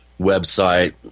website